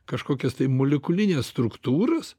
kažkokias tai molekulines struktūras